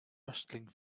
rustling